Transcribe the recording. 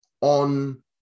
on